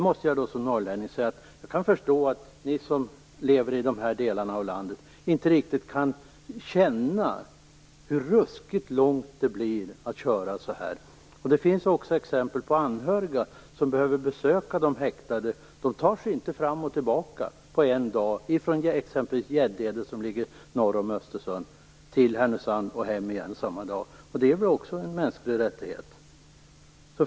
Som norrlänning kan jag förstå att ni som lever i de här delarna av landet inte riktigt kan känna hur ruskigt långt det blir att köra dessa sträckor. Det finns också exempel på anhöriga som behöver besöka de häktade och som inte tar sig fram och tillbaka på en dag från t.ex. Gäddede norr om Östersund till Härnösand. Detta är väl också en mänsklig rättighet?